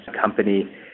company